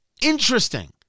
Interesting